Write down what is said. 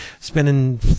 spending